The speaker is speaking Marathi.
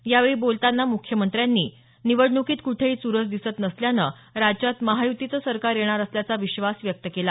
यावेळी केलेल्या भाषणात मुख्यमंत्र्यांनी निवडणुकीत कुठेही चुरस दिसत नसून राज्यात महायुतीचं सरकार येणार असल्याचा विश्वास व्यक्त केला